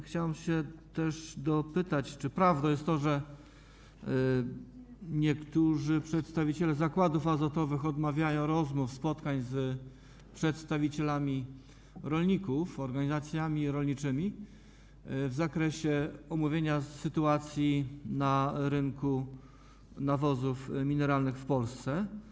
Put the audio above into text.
Chciałem też dopytać się, czy prawdą jest to, że niektórzy przedstawiciele zakładów azotowych odmawiają rozmów, spotkań z przedstawicielami rolników, organizacjami rolniczymi, w zakresie omówienia sytuacji na rynku nawozów mineralnych w Polsce.